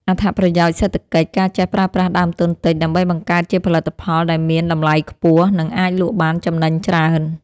អត្ថប្រយោជន៍សេដ្ឋកិច្ច ការចេះប្រើប្រាស់ដើមទុនតិច ដើម្បីបង្កើតជាផលិតផលដែលមានតម្លៃខ្ពស់ និងអាចលក់បានចំណេញច្រើន។